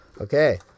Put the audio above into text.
Okay